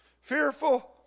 Fearful